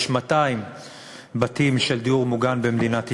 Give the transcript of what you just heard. יש 200 בתים של דיור מוגן במדינת ישראל.